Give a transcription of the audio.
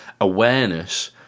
awareness